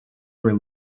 were